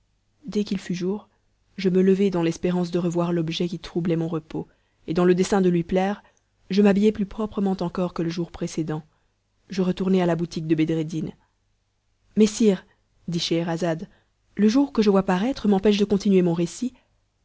dès qu'il fut jour je me levai dans l'espérance de revoir l'objet qui troublait mon repos et dans le dessein de lui plaire je m'habillai plus proprement encore que le jour précédent je retournai à la boutique de bedreddin mais sire dit scheherazade le jour que je vois paraître m'empêche de continuer mon récit